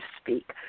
speak